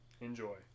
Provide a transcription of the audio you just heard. enjoy